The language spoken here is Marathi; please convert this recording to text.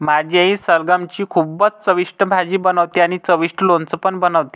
माझी आई सलगम ची खूपच चविष्ट भाजी बनवते आणि चविष्ट लोणचं पण बनवते